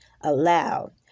aloud